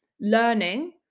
learning